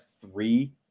three